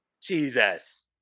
Jesus